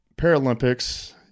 Paralympics